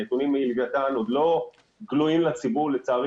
הנתונים מלוויתן עוד לא גלויים בציבור לצערי